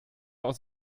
aus